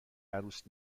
عروس